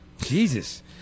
Jesus